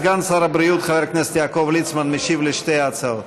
סגן שר הבריאות חבר הכנסת יעקב ליצמן משיב על שתי ההצעות.